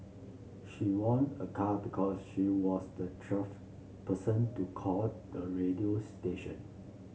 she won a car because she was the twelfth person to call the radio station